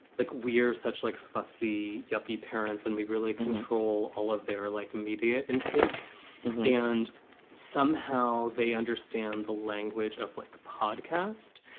like we're such like fussy yuppie parents and we really control all of their like media intake and somehow they understand the language of like podcast.